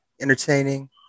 entertaining